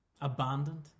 abandoned